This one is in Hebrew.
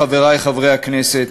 חברי חברי הכנסת,